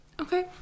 Okay